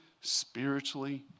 spiritually